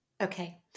Okay